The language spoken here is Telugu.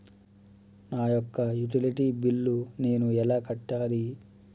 నా యొక్క యుటిలిటీ బిల్లు నేను ఎలా కట్టాలి?